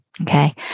okay